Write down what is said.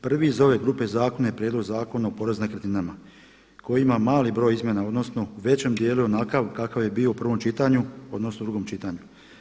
Prvi iz ove grupe zakona je prijedlog Zakona o porezu na nekretninama koji ima mali broj izmjena, odnosno u većem dijelu je onakav kakav je bio u prvom čitanju odnosno drugom čitanju.